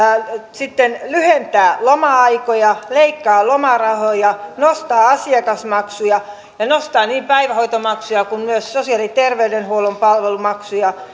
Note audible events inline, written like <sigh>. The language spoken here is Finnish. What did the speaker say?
sitten lyhentää loma aikoja leikkaa lomarahoja nostaa asiakasmaksuja ja nostaa niin päivähoitomaksuja kuin myös sosiaali ja terveydenhuollon palvelumaksuja <unintelligible>